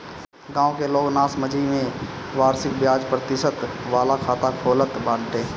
गांव के लोग नासमझी में वार्षिक बियाज प्रतिशत वाला खाता खोलत बाने